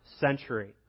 century